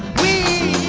we